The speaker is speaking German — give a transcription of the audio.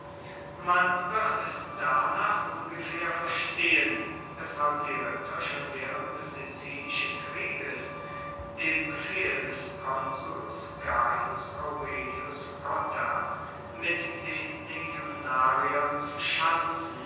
man wird es danach ungefaehr verstehen weshalb die ritter schon waehrend des sizilischen krieges dem befehl des konsuls gaius aurelius cotta mit den legionariern zu